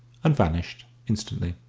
and vanished instantly.